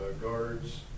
guards